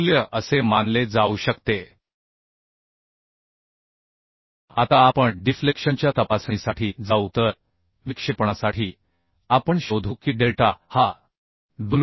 मूल्य असे मानले जाऊ शकते आता आपण डिफ्लेक्शनच्या तपासणीसाठी जाऊ तर विक्षेपणासाठी आपण शोधू की डेल्टा हा wL